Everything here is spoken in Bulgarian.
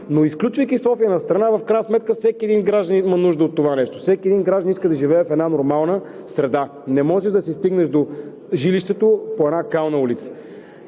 Но изключвайки София, в крайна сметка всеки един гражданин има нужда от това нещо, всеки един гражданин иска да живее в една нормална среда. Не може да си стигнеш до жилището по една кална улица.